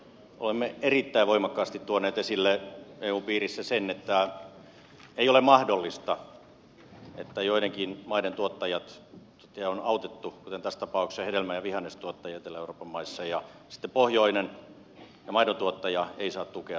olemme erittäin voimakkaasti tuoneet esille eun piirissä sen että ei ole mahdollista että joidenkin maiden tuottajia on autettu kuten tässä tapauksessa hedelmä ja vihannestuottajia etelä euroopan maissa ja sitten pohjoinen ja maidontuottaja ei saa tukea